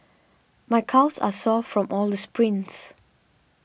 my calves are sore from all the sprints